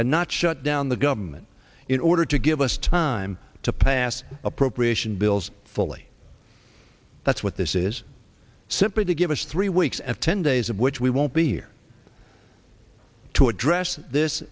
and not shut down the government in order to give us time to pass appropriation bills fully that's what this is simply to give us three weeks at ten days of which we won't be here to address this